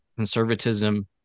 conservatism